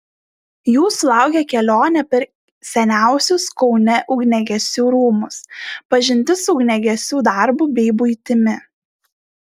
jūsų laukia kelionė per seniausius kaune ugniagesių rūmus pažintis su ugniagesiu darbu bei buitimi